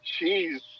Jeez